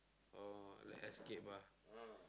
oh like escape ah